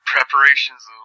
Preparations